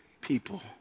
people